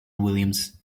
williams